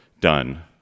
done